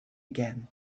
again